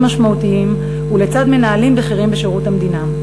משמעותיים ולצד מנהלים בכירים בשירות המדינה.